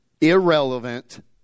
irrelevant